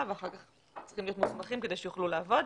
ואחר כך הם צריכים להיות מוסמכים כדי שהם יוכלו לעבוד.